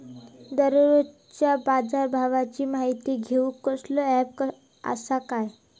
दररोजच्या बाजारभावाची माहिती घेऊक कसलो अँप आसा काय?